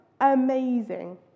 amazing